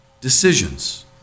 decisions